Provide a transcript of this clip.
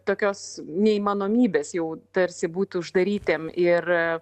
tokios neįmanomybės jau tarsi būti uždarytiem ir